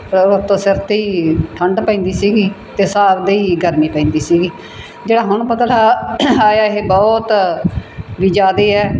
ਰੁੱਤ ਸਿਰ 'ਤੇ ਹੀ ਠੰਡ ਪੈਂਦੀ ਸੀਗੀ ਅਤੇ ਹਿਸਾਬ ਦੇ ਹੀ ਗਰਮੀ ਪੈਂਦੀ ਸੀਗੀ ਜਿਹੜਾ ਹੁਣ ਬਦਲਾਅ ਆਇਆ ਇਹ ਬਹੁਤ ਵੀ ਜ਼ਿਆਦਾ ਹੈ